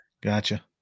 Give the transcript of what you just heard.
Gotcha